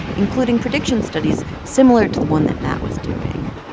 including prediction studies similar to the one that matt was doing.